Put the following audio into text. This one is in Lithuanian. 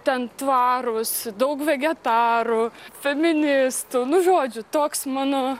ten tvarūs daug vegetarų feministų nu žodžiu toks mano